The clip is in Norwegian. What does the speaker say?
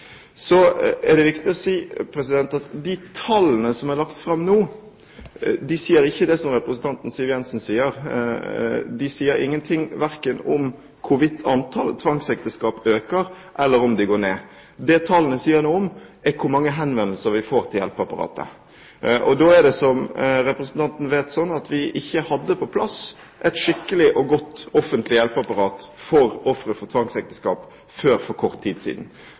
Så er det viktig å si at de tallene som er lagt fram nå, ikke sier det som representanten Siv Jensen sier. De sier ingenting verken om hvorvidt antallet tvangsekteskap øker, eller om de går ned. Det tallene sier noe om, er hvor mange henvendelser vi får til hjelpeapparatet. Som representanten vet, er det slik at vi ikke hadde på plass et skikkelig og godt offentlig hjelpeapparat for ofre for tvangsekteskap før for kort tid siden.